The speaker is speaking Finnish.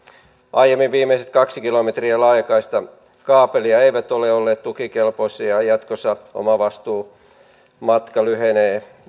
aiemmin viimeiset kaksi kilometriä laajakaistakaapelia eivät ole olleet tukikelpoisia jatkossa omavastuumatka lyhenee